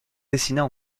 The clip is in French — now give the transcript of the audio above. dessinées